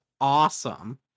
awesome